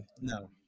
No